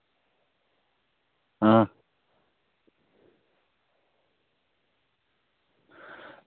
आं